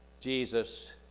Jesus